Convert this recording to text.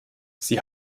sie